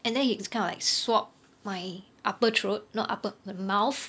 and then it's kinda like swap my upper throat no~ upper mouth